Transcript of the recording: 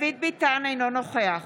דוד ביטן, אינו נוכח